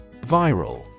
Viral